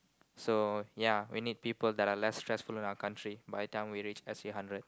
so ya we need people that are less stressful in our country by the time we reach S_G hundred